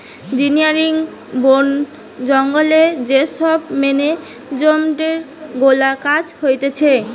engineering, বোন জঙ্গলে যে সব মেনেজমেন্ট গুলার কাজ হতিছে